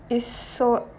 it's so